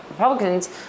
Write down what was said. Republicans